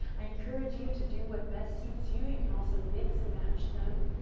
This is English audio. i encourage you to do what best suits you. you can also mix and match them.